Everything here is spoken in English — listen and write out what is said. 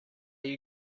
you